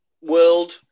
world